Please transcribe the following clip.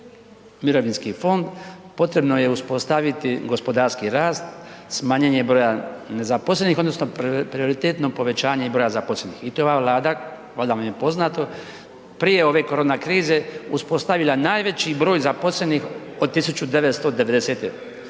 mirovinski fond, potrebno je uspostaviti gospodarski rast, smanjenje broja nezaposlenih odnosno prioritetno povećanje i broja zaposlenih. I to je ova Vlada, valjda vam je poznato, prije ove korona krize uspostavila najveći broj zaposlenih od 1990. S